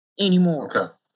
anymore